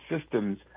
systems